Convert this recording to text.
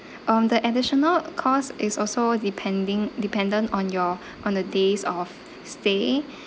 um the additional cost is also depending dependent on your on the days of stay